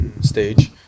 stage